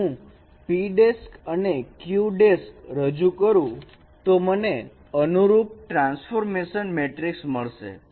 જો હું p' અને q' રજુ કરું તો મને અનુરૂપ ટ્રાન્સફોર્મેશન મેટ્રિક્સ મળશે